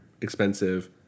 expensive